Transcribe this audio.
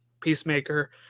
Peacemaker –